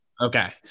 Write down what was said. Okay